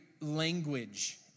language